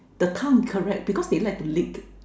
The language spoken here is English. the tongue correct because they like to lick